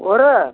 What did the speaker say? हो र